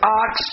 ox